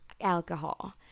alcohol